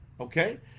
okay